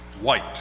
white